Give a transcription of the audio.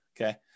okay